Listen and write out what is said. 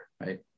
right